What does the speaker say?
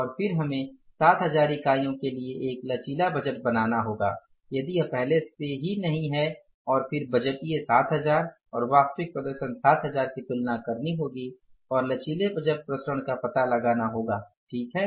और फिर हमें 7000 इकाइयों के लिए एक लचीला बजट बनाना होगा यदि यह पहले से ही नहीं है और फिर बजटीय 7000 और वास्तविक प्रदर्शन 7000 की तुलना करनी होगी और लचीले बजट विचरण का पता लगाना होगा ठीक है